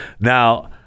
Now